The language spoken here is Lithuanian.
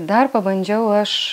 dar pabandžiau aš